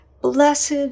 blessed